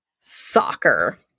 Soccer